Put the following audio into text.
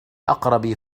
أقرب